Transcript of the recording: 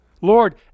Lord